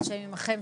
השם עמכם.